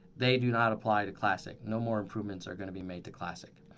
they do not apply to classic. no more improvements are going to be made to classic.